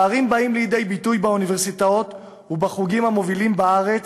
הפערים באים לידי ביטוי באוניברסיטאות ובחוגים המובילים בארץ,